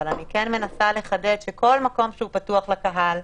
אבל אני כן מנסה לחדד שכל מקום שהוא פתוח לקהל,